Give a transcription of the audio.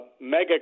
mega